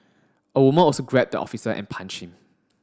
a woman also grabbed the officer and punched him